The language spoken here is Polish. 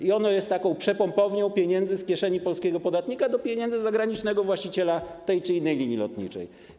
I ono jest taką przepompownią pieniędzy z kieszeni polskiego podatnika do pieniędzy zagranicznego właściciela tej czy innej linii lotniczej.